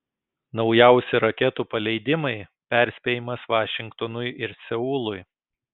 naujausi raketų paleidimai perspėjimas vašingtonui ir seului